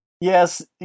Yes